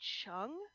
chung